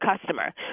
customer